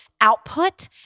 output